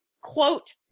quote